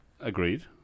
Agreed